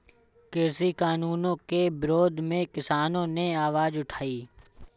कृषि कानूनों के विरोध में किसानों ने आवाज उठाई